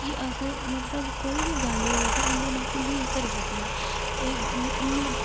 कि अस मतलब कोई बी गल्ल होऐ तां उं'दे कन्नै खु'ल्लियै करी सकने ते हून